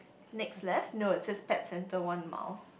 next left no it says pet centre one mile